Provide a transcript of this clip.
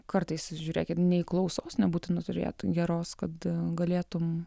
kartais žiūrėkit nei klausos nebūtina turėt geros kad galėtum